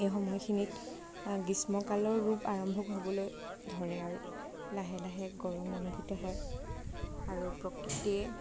এই সময়খিনিক গ্ৰীষ্ম কালৰ ৰূপ আৰম্ভ হ'বলৈ ধৰে আৰু লাহে লাহে গৰম অনুভূত হয় আৰু প্ৰকৃতিয়ে